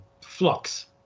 flux